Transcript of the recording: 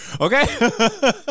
okay